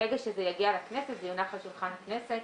ברגע שזה יגיע לכנסת, זה יונח על שולחן הכנסת.